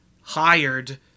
hired